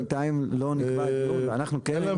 בינתיים לא נקבע דיון ואנחנו כן היינו